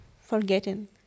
forgetting